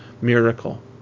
miracle